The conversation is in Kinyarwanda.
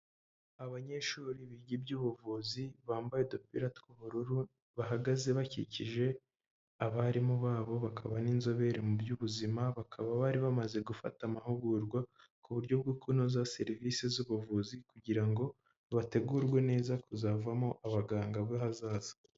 Abanyeshuri biga iby'ubuvuzi bambaye udupira tw'ubururu bahagaze bakikije abarimu babo bakaba n'inzobere mu by'ubuzima, bakaba bari bamaze gufata amahugurwa ku buryo bwo kunoza serivisi z'ubuvuzi kugira ngo bategurwe neza kuzavamo abaganga b'ahazaza.